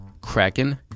Kraken